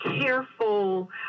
careful